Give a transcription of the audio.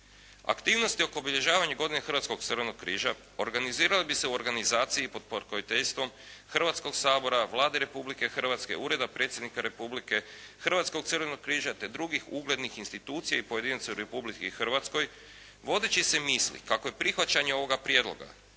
Aktivnosti oko obilježavanja godine Hrvatskog crvenog križa organizirale bi se u organizaciji i pod pokroviteljstvom Hrvatskog sabora, Vlade Republike Hrvatske, Ureda predsjednika Republike, Hrvatskog crvenog križa te drugih uglednih institucija i pojedinaca u Republici Hrvatskoj vodeći se misli kako je prihvaćanje ovoga prijedloga